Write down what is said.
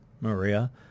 Maria